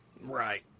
Right